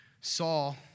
Saul